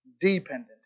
dependent